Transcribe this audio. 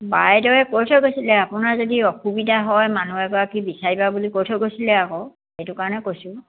বাইদেৱে কৈ থৈ গৈছিলে আপোনাৰ যদি অসুবিধা হয় মানুহ এগৰাকী বিচাৰিবা বুলি কৈ থৈ গৈছিলে আকৌ সেইটো কাৰণে কৈছোঁ